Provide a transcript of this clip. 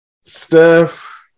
Steph